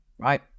right